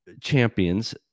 champions